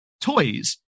toys